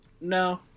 No